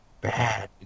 bad